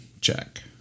check